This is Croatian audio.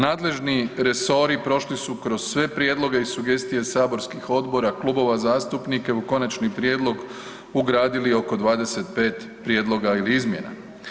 Nadležni resori prošli su kroz sve prijedloge i sugestije saborskih odbora, klubova zastupnika i u konačni prijedlog ugradili oko 25 prijedloga ili izmjena.